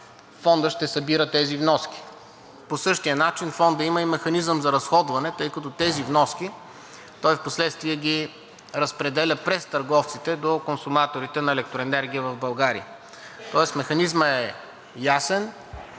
Фондът ще събира тези вноски. По същия начин Фондът има и механизъм за разходване, тъй като тези вноски той впоследствие ги разпределя през търговците до консуматорите на електроенергия в България. Тоест механизмът е ясен,